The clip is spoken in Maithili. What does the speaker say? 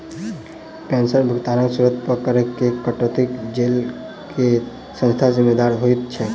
पेंशनक भुगतानक स्त्रोत पर करऽ केँ कटौतीक लेल केँ संस्था जिम्मेदार होइत छैक?